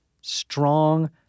strong